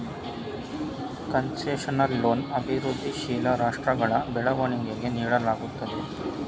concessional loan ಅಭಿವೃದ್ಧಿಶೀಲ ರಾಷ್ಟ್ರಗಳ ಬೆಳವಣಿಗೆಗೆ ನೀಡಲಾಗುತ್ತದೆ